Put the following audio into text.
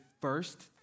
first